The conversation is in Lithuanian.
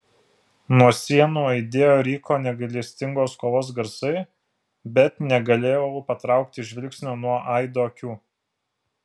nuo sienų aidėjo ryko negailestingos kovos garsai bet negalėjau patraukti žvilgsnio nuo aido akių